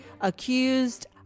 Accused